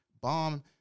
bomb